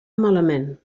malament